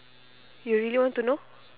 you really want to know